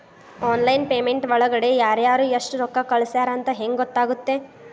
Online payment ಒಳಗಡೆ ಯಾರ್ಯಾರು ಎಷ್ಟು ರೊಕ್ಕ ಕಳಿಸ್ಯಾರ ಅಂತ ಹೆಂಗ್ ಗೊತ್ತಾಗುತ್ತೆ?